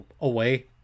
away